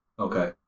Okay